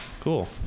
Cool